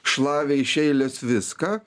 šlavė iš eilės viską